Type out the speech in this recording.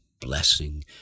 blessing